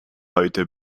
heute